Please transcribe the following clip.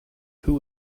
who